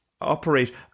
operate